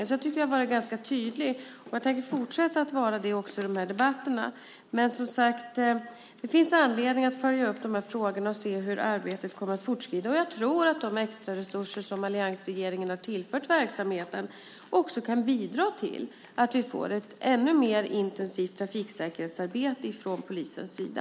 Jag tycker att jag har varit ganska tydlig och tänker fortsätta att vara det i de här debatterna. Men det finns, som sagt, anledning att följa upp de här frågorna och se hur arbetet fortskrider. Jag tror att de extraresurser som alliansregeringen har tillfört verksamheten också kan bidra till att vi får ett ännu intensivare trafiksäkerhetsarbete från polisens sida.